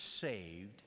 saved